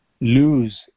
lose